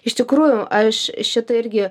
iš tikrųjų aš šitą irgi